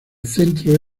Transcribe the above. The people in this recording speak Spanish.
centro